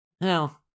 No